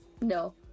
No